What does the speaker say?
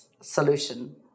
solution